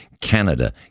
Canada